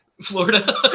Florida